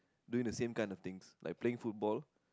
doing the same kind of things like playing football